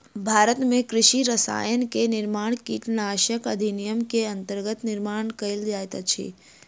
भारत में कृषि रसायन के निर्माण कीटनाशक अधिनियम के अंतर्गत निर्माण कएल जाइत अछि